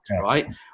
right